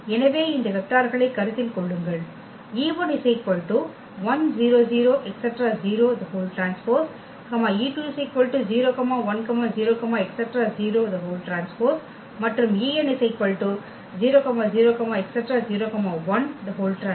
எனவே இந்த வெக்டார்களைக் கருத்தில் கொள்ளுங்கள் e1 100 0T e2 010 0T மற்றும் en 000 01T